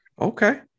Okay